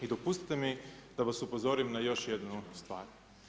I dopustite mi da vas upozorim na još jednu stvar.